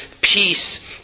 peace